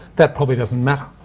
that probably doesn't matter,